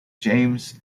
james